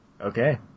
okay